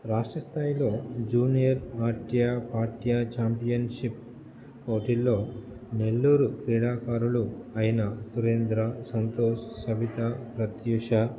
రాష్ట్రస్థాయిలో junior ఆట్య పాఠ్య championship పోటీల్లో నెల్లూరు క్రీడాకారులు అయిన సురేంద్ర సంతోష్ సవితా ప్రత్యూష